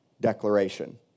declaration